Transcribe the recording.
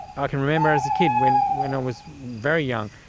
i can remember as a kid, when when i was very young,